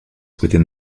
within